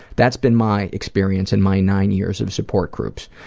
that's been my experience in my nine years of support groups.